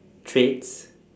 traits